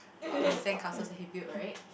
uh the sandcastles that he build right